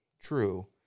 true